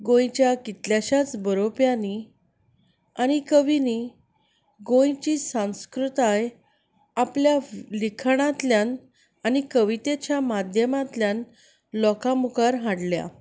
गोंयच्या कितल्याशाच बरोवप्यांनी आनी कविनीं गोंयची सांस्कृताय आपल्या लिखनांतल्यान आनी कवितेच्या माध्यमांतल्यान लोकां मुखार हाडल्या